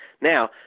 Now